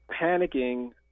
panicking